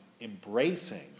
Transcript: embracing